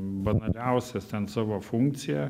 banaliausias ten savo funkcija